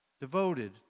Devoted